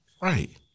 Right